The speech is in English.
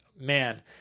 man